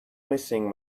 missing